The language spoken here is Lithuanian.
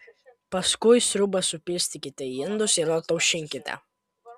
paskui sriubą supilstykite į indus ir ataušinkite